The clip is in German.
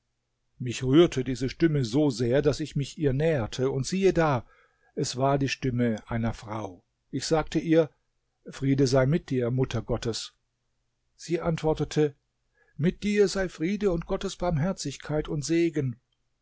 mich rührte diese stimme so sehr daß ich mich ihr näherte und siehe da es war die stimme einer frau ich sagte ihr friede sei mit dir mutter gottes sie antwortete mit dir sei friede und gottes barmherzigkeit und segen